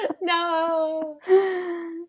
no